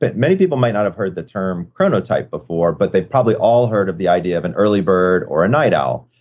but many people might not have heard the term chronotype before, but they've probably all heard of the idea of an early bird or a night owl.